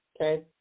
Okay